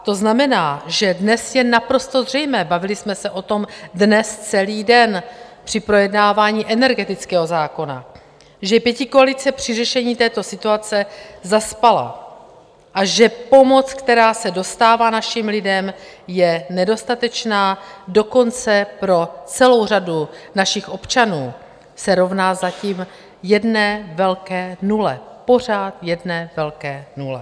To znamená, že dnes je naprosto zřejmé bavili jsme se o tom dnes celý den při projednávání energetického zákona že pětikoalice při řešení této situace zaspala a že pomoc, která se dostává našim lidem, je nedostatečná, dokonce pro celou řadu našich občanů se rovná zatím jedné velké nule, pořád jedné velké nule.